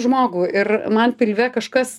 žmogų ir man pilve kažkas